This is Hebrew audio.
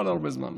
לא להרבה זמן,